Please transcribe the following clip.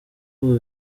ubu